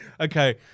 Okay